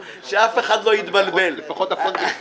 שאף אחד לא יתבלבל, זה לא כך.